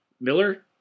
Miller